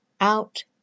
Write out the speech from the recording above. out